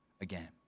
again